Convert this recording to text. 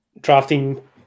Drafting